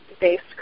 based